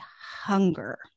hunger